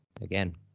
again